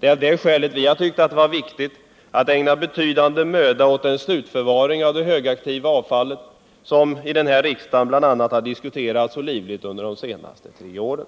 Det är av det skälet vi har ansett det vara viktigt att ägna betydande möda åt frågan om slutförvaringen av det högaktiva avfallet, som bl.a. här i riksdagen har diskuterats så livligt under de senaste tre åren.